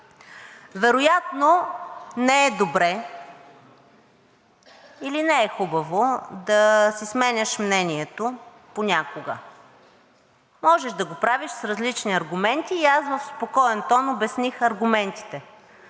вероятно не е добре или не е хубаво да си сменяш мнението понякога. Можеш да го правиш с различни аргументи и аз в спокоен тон обясних аргументите,